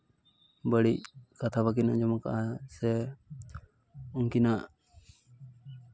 ᱵᱟᱹᱲᱤᱡ ᱠᱟᱛᱷᱟ ᱵᱟ ᱠᱤᱱ ᱟᱸᱡᱚᱢ ᱠᱟᱫᱟ ᱥᱮ ᱩᱱᱠᱤᱱᱟᱜ